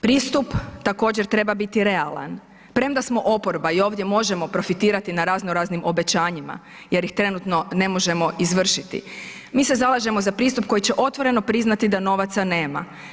Pristup također treba biti realan, premda smo oporba i ovdje možemo profitirati na razno, raznim obećanjima jer ih trenutno ne možemo izvršiti mi se zalažemo za pristup koji će otvoreno priznati da novaca nema.